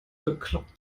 bekloppt